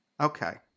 Okay